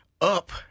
up